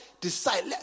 decide